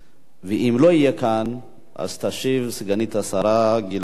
ואם לא יהיה כאן, תשיב סגנית השרה גילה גמליאל.